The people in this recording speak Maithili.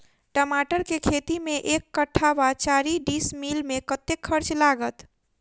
टमाटर केँ खेती मे एक कट्ठा वा चारि डीसमील मे कतेक खर्च लागत?